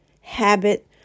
habit